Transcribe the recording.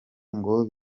ngo